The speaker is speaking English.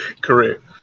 correct